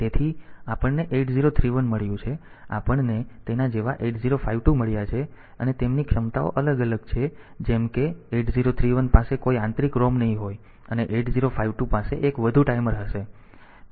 તેથી આપણને 8031 મળ્યું છે આપણને તેના જેવા 8052 મળ્યા છે અને તેમની ક્ષમતાઓ અલગ અલગ છે જેમ કે 8031 પાસે કોઈ આંતરિક ROM નહીં હોય અને 8052 પાસે 1 વધુ ટાઈમર હશે